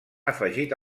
afegit